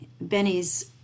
Benny's